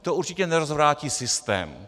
To určitě nerozvrátí systém.